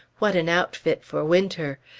what an outfit for winter!